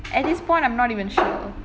at this point I'm not even sure